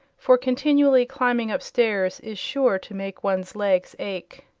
for continually climbing up stairs is sure to make one's legs ache.